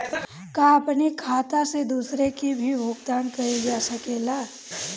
का अपने खाता से दूसरे के भी भुगतान कइल जा सके ला?